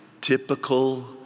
typical